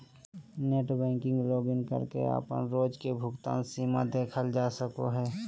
net banking login करके अपन रोज के भुगतान सीमा देखल जा सको हय